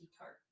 tart